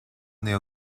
néo